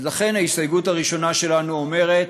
לכן, ההסתייגות הראשונה שלנו אומרת: